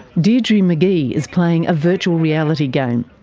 deirdre mcgee is playing a virtual reality game.